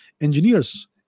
engineers